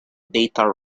data